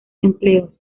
empleos